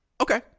Okay